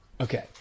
Okay